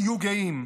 תהיו גאים.